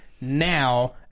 now